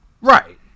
Right